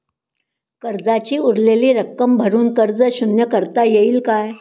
कर्जाची उरलेली रक्कम भरून कर्ज शून्य करता येईल का?